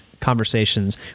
conversations